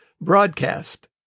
broadcast